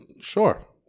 sure